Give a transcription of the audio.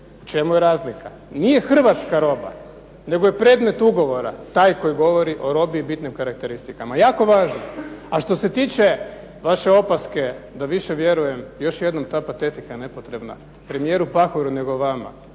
u čemu je razlika. Nije Hrvatska roba nego je predmet ugovora taj koji govori o robi i bitnim karakteristikama, jako važno. A što se tiče vaše opaske da više vjerujem, još jednom ta patetika nepotrebna, premijeru Pahoru nego vama.